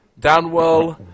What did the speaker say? Downwell